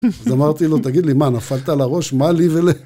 אז אמרתי לו, תגיד לי, מה, נפלת על הראש? מה לי ול..